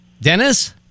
Dennis